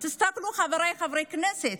תסתכלו, חבריי חברי הכנסת.